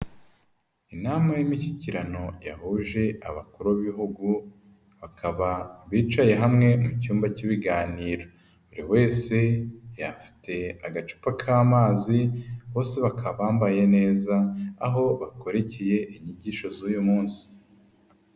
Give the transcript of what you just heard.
Inama y'imishyikirano yahuje abakuru b'ibihugu, bakaba bicaye hamwe mu cyumba cy'ibiganiro, buri wese afite agacupa k'amazi, bose bakaba bambaye neza, aho bakurikiye inyigisho z'uyu munsi.